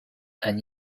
and